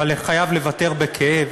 אבל חייב לוותר בכאב